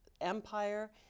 empire